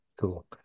Cool